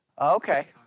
okay